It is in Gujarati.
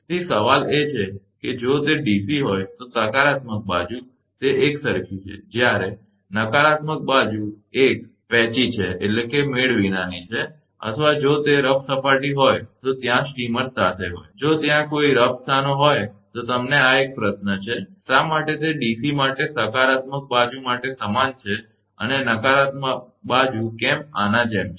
તેથી સવાલ એ છે કે જો તે DC હોય તો સકારાત્મક બાજુ તે એકસરખી છે જ્યારે નકારાત્મક બાજુ એક વિસંવાદીમેળ વિનાની છે અથવા જો તે રફ સપાટી હોય તો ત્યાં સ્ટ્રેમિઅર્સ સાથે હોય જો ત્યાં કોઈ રફ સ્થાનો હોય તો તમને આ એક પ્રશ્ન છે શા માટે તે ડીસી માટે સકારાત્મક બાજુ માટે સમાન છે અને નકારાત્મક બાજુ કેમ આના જેમ છે